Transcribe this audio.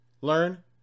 learn